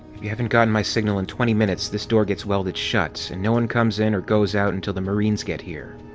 if you haven't gotten my signal in twenty minutes, this door gets welded shut and no one comes in or goes out until the marines get here.